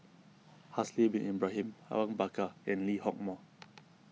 Haslir Bin Ibrahim Awang Bakar and Lee Hock Moh